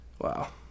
Wow